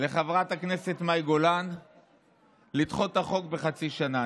לחברת הכנסת מאי גולן לדחות את החוק בחצי שנה,